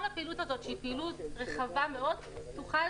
כל הפעילות הזאת שהיא פעילות רחבה מאוד תוכל